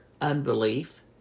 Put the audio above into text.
unbelief